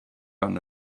gotten